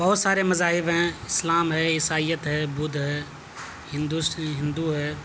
بہت سارے مذاہب ہیں اسلام ہے عیسائیت ہے بدھ ہے ہندوس ہندو ہے